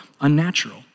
unnatural